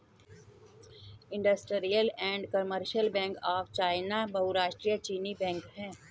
industrial and commercial bank of China बहुराष्ट्रीय चीनी bank है